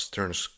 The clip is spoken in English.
Turns